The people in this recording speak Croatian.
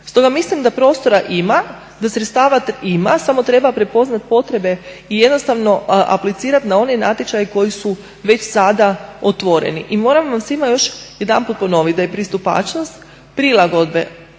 Stoga mislim da prostora ima, da sredstava ima samo treba prepoznati potrebe i jednostavno aplicirati na one natječaje koji su već sada otvoreni. I moram vam svima još jedanput ponoviti da je pristupačnost prilagodbe osnovni